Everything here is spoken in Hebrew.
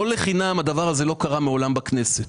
לא לחינם הדבר הזה לא קרה מעולם בכנסת,